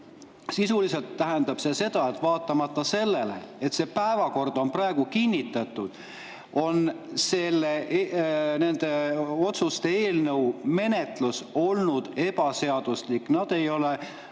Sisuliselt tähendab see seda, et vaatamata sellele, et päevakord on kinnitatud, on nende otsuse-eelnõude menetlus olnud ebaseaduslik. Ei ole